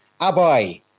Abai